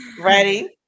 Ready